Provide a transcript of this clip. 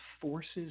forces